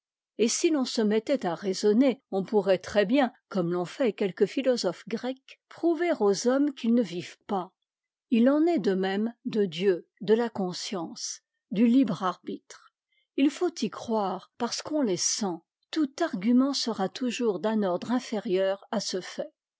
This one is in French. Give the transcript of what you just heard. et si l'on se mettait à raisonner on pourrait très-bien comme l'ont fait quelques philosophes grecs prouver aux hommes qu'ils ne vivent pas il en est de même de dieu de la conscience du libre arbitre h faut y croire parce qu'on les sent tout argument sera toujours d'un ordre inférieur à ce fait